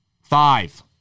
Five